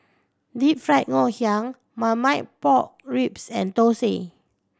Deep Fried Ngoh Hiang Marmite Pork Ribs and thosai